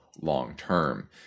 long-term